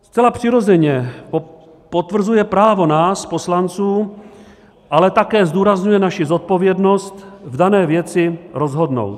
Zcela přirozeně potvrzuje právo nás poslanců ale také zdůrazňuje naši zodpovědnost v dané věci rozhodnout.